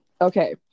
Okay